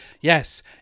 yes